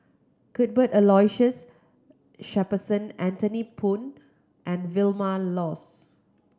Cuthbert Aloysius Shepherdson Anthony Poon and Vilma Laus